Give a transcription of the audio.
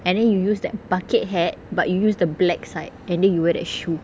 and then you use that bucket hat but you use the black side and then you wear that shoe